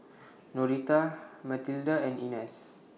Noreta Mathilda and Inez